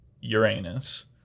Uranus